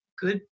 good